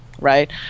right